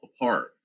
apart